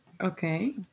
Okay